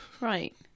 Right